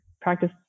practice